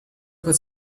could